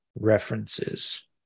references